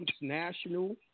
national